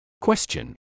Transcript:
Question